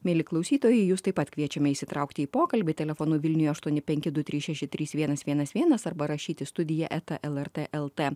mieli klausytojai jus taip pat kviečiame įsitraukti į pokalbį telefonu vilniuje aštuoni penki du trys šeši trys vienas vienas vienas arba rašyti studija eta lrt lt